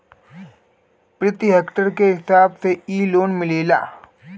प्रति हेक्टेयर के हिसाब से इ लोन मिलेला